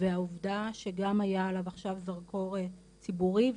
והעובדה שגם היה עליו עכשיו זרקור ציבורי,